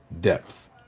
depth